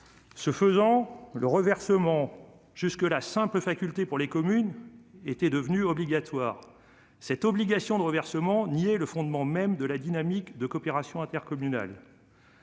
Ce faisant, le reversement, jusque-là simple faculté pour les communes, est devenu obligatoire. Cette obligation de reversement niait le fondement même de la dynamique de coopération intercommunale.